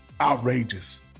outrageous